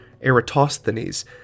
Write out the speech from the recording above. Eratosthenes